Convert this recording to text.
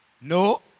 No